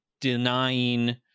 denying